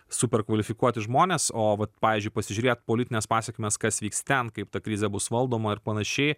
super kvalifikuoti žmonės o vat pavyzdžiui pasižiūrėt politines pasekmes kas vyks ten kaip ta krizė bus valdoma ir panašiai